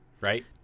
right